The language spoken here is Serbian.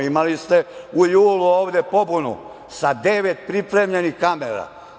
Imali ste u julu ovde pobunu sa devet pripremljenih kamera.